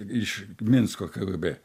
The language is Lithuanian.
iš minsko kgb